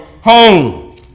Home